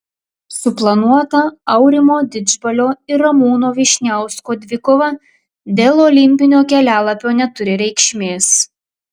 suplanuota aurimo didžbalio ir ramūno vyšniausko dvikova dėl olimpinio kelialapio neturi reikšmės